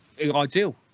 Ideal